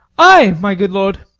ay, my good lord.